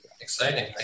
Exciting